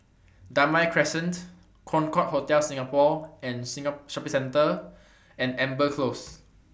Damai Crescent Concorde Hotel Singapore and Shopping Centre and Amber Close